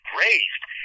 raised